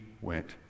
went